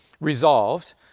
Resolved